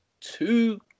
two